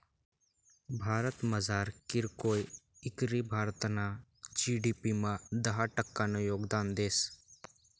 भारतमझार कीरकोय इकरी भारतना जी.डी.पी मा दहा टक्कानं योगदान देस